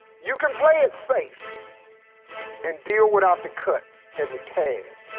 you can play it safe and deal without the cuts and the tears